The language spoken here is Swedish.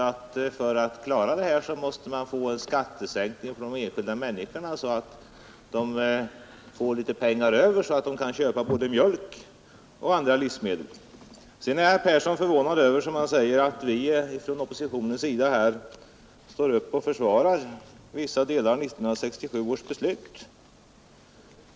För att klara av detta, måste man åstadkomma en skattesänkning för de enskilda människorna, så att de får mera pengar över till att köpa både mjölk och andra livsmedel. Herr Persson är förvånad över att vi från oppositionen står upp och försvarar vissa delar av 1967 års beslut.